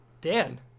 Dan